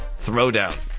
throwdown